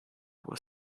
was